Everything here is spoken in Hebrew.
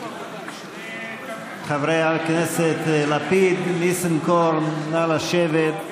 חברי הכנסת לפיד, ניסנקורן, נא לשבת.